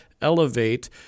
elevate